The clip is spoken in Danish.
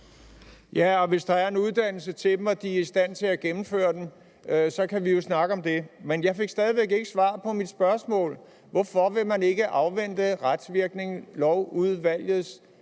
Ja, og hvis der er en uddannelse til dem og de er i stand til at gennemføre den, kan vi jo snakke om det. Jeg fik stadig væk ikke svar på mit spørgsmål om, hvorfor man ikke vil afvente Retsvirkningslovsudvalgets